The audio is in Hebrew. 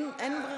אם כך, נערכה